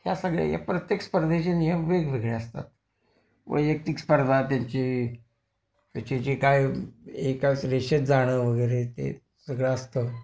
ह्या सगळ्या या प्रत्येक स्पर्धेचे नियम वेगवेगळे असतात वैयक्तिक स्पर्धा त्यांची त्याचे जे काय एकाच रेषेत जाणं वगैरे ते सगळं असतं